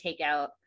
takeout